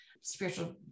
Spiritual